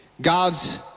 God's